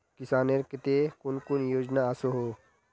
किसानेर केते कुन कुन योजना ओसोहो?